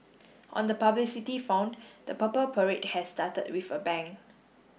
on the publicity font the Purple Parade has started with a bang